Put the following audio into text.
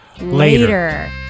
Later